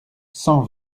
cent